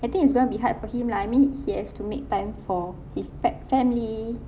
I think it's going to be hard for him lah I mean he has to make time for his par~ family